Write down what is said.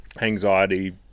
anxiety